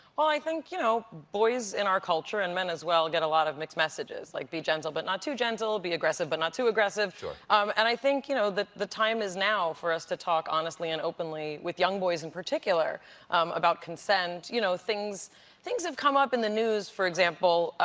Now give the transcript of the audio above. well i think, you know, boys in our culture and men as well, get a lot of mixed messages. like be gentle but not too gentle. be aggressive but not too aggressive. ah um and i think you know the the time is now for us to talk honestly and openly with young boys in particular bconsent, you know things things have come up in the news, for example,